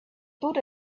put